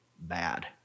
Bad